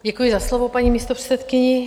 Děkuji za slovo, paní místopředsedkyně.